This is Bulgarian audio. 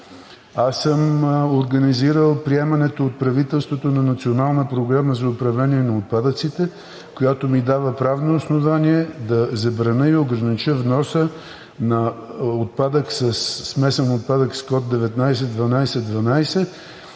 Организирал съм приемането от правителството на Национална програма за управление на отпадъците, която ми дава правно основание да забраня и огранича вноса на смесен отпадък с код 19 12